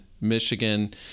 Michigan